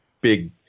big